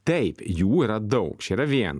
taip jų yra daug čia yra viena